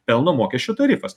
pelno mokesčio tarifas